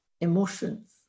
emotions